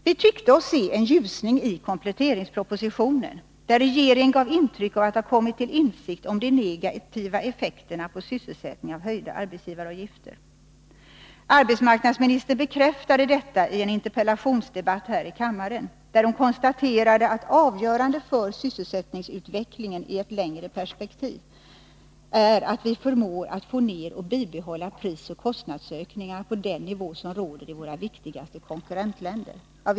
Vi tyckte oss se en ljusning i kompletteringspropositionen, där regeringen gav intryck av att ha kommit till insikt om de negativa effekterna på sysselsättningen av höjda arbetsgivaravgifter. Arbetsmarknadsministern bekräftade detta i en interpellationsdebatt här i kammaren, där hon konstaterade att avgörande för sysselsättningsutvecklingen i ett längre perspektiv är att vi förmår att få ner och bibehålla prisoch kostnadsökningarna på den nivå som råder i våra viktigaste konkurrentländer.